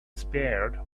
spared